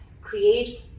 create